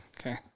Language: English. Okay